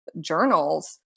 journals